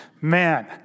Man